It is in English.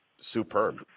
superb